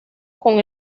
con